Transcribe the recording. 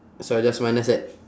so I just minus that